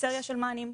סריה של מענים.